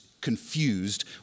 confused